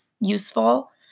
useful